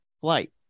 flight